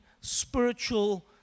spiritual